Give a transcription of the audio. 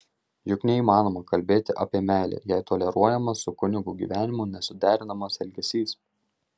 juk neįmanoma kalbėti apie meilę jei toleruojamas su kunigo gyvenimu nesuderinamas elgesys